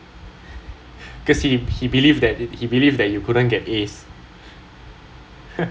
cause he he believe that he believe that you couldn't get A's